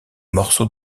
morceau